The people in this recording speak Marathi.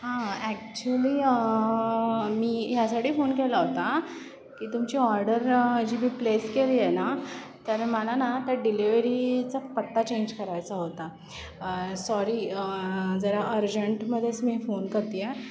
हां ॲक्च्युली मी ह्यासाठी फोन केला होता की तुमची ऑर्डर जी मी प्लेस केली आहे ना तर मला ना त्या डिलेवरीचा पत्ता चेंज करायचा होता सॉरी जरा अर्जंटमध्येच मी फोन करत आहे